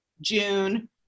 June